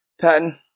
Patton